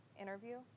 interview